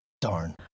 darn